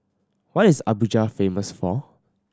what is Abuja famous for